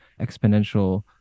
exponential